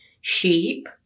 sheep